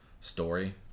story